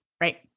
Right